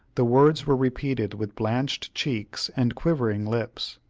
the words were repeated with blanched cheeks and quivering lips.